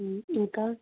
ఇంకా